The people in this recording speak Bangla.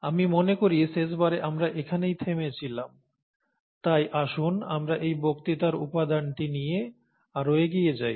আমি মনে করি শেষবারে আমরা এখানেই থেমেছিলাম তাই আসুন আমরা এই বক্তৃতার উপাদানটি নিয়ে আরও এগিয়ে যাই